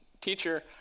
teacher